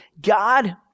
God